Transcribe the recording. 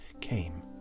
came